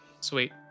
Sweet